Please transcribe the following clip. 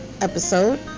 episode